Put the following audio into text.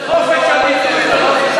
חופש הביטוי וחופש,